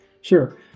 Sure